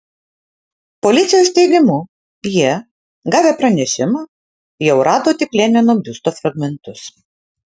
policijos teigimu jie gavę pranešimą jau rado tik lenino biusto fragmentus